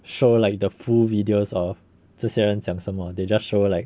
show like the full videos of 这些人讲什么 they just show like